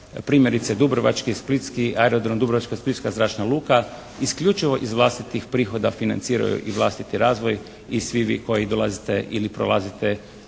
Primjerice dubrovački, splitski aerodrom, dubrovačka, splitska zračna luka isključivo iz vlastitih prihoda financiraju i vlastiti razvoj i svi vi koji dolazite ili prolazite tim